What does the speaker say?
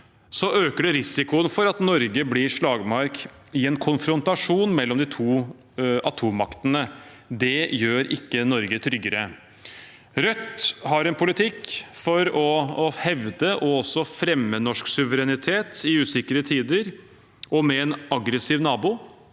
øker det risikoen for at Norge blir en slagmark i en konfrontasjon mellom de to atommaktene. Det gjør ikke Norge tryggere. Rødt har en politikk for å hevde og også fremme norsk suverenitet i usikre tider og med en aggressiv nabo,